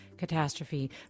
Catastrophe